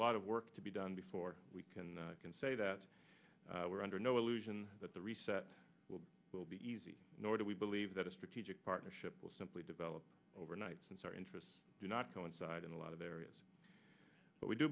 lot of work to be done before we can say that we're under no illusion that the reset will will be easy nor do we believe that a strategic partnership will simply develop overnight since our interests do not coincide in a lot of areas but we do